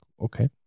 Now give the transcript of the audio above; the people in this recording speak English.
Okay